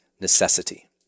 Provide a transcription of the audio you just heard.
necessity